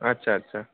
আচ্ছা আচ্ছা